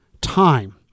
time